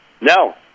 No